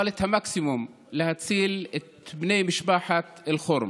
אבל את המקסימום, להציל את בני משפחת אל-כארם.